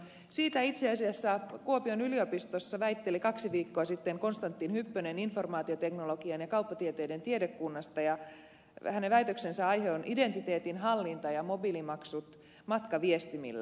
siitä itse asiassa kuopion yliopistossa väitteli kaksi viikkoa sitten konstantin hyppönen informaatioteknologian ja kauppatieteiden tiedekunnasta ja hänen väitöksensä aihe on identiteetin hallinta ja mobiilimaksut matkaviestimillä